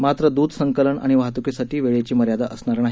मात्र दूध संकलन आणि वाहत्कीसाठी वेळेची मर्यादा असणार नाही